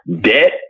debt